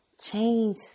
Change